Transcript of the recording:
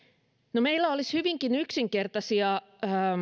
meillä olisi hyvinkin yksinkertaisia